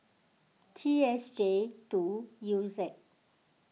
T S J two U Z